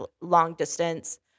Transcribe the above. long-distance